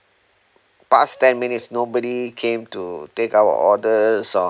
past ten minutes nobody came to take our orders or